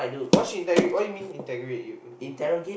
what she interrogate what you mean interrogate you inter~